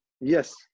Yes